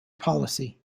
policy